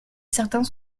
certains